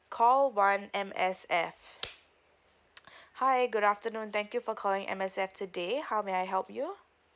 call one M_S_F hi good afternoon thank you for calling M_S_F today how may I help you